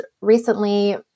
recently